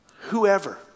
Whoever